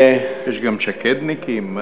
יש גם "שקדניקים".